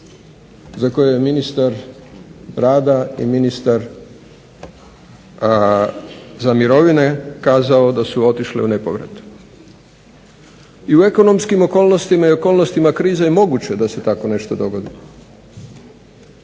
za koje je ministar rada i ministar za mirovine kazao da su otišle u nepovrat. I u ekonomskim okolnostima i okolnostima krize je moguće da se tako nešto dogodi.